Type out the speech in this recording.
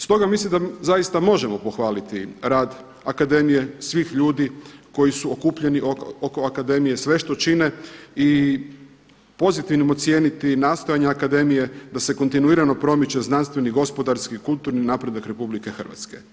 Stoga mislim da zaista možemo pohvaliti rad akademije, svih ljudi koji su okupljeni oko akademije, sve što čine i pozitivnim ocijeniti nastojanja akademije da se kontinuirano promiče znanstveni, gospodarski i kulturni napredak Republike Hrvatske.